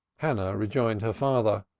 hannah rejoined her father,